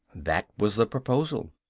that was the proposal.